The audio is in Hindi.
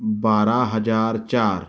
बारह हजार चार